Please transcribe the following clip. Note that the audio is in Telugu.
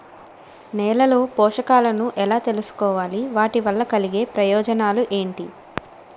నేలలో పోషకాలను ఎలా తెలుసుకోవాలి? వాటి వల్ల కలిగే ప్రయోజనాలు ఏంటి?